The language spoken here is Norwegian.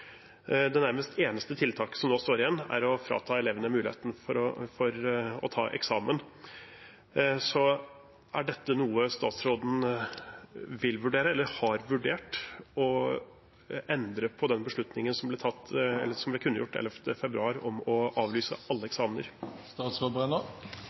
Det nærmest eneste tiltaket som nå står igjen, er å frata elevene muligheten til å ta eksamen. Vil statsråden vurdere eller har statsråden vurdert å endre på den beslutningen som ble kunngjort 11. februar, om å avlyse alle eksamener? La meg begynne med å si at vi har ikke avlyst eksamen for i år uten unntak. Alle